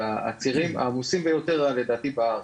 הצירים העמוסים ביותר בארץ,